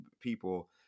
people